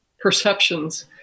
perceptions